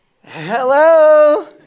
Hello